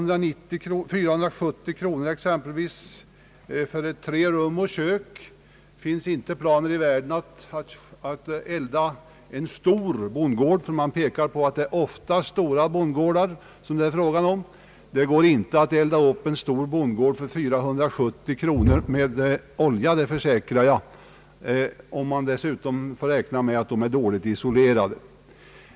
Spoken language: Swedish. Det finns exempelvis inte planer i världen att värma upp en stor bondgård på tre rum och kök — man pekar på att det ofta är bondgårdar med stora rum — för 470 kronor med olja, det försäkrar jag, speciellt om man dessutom måste räkna med dålig isolering.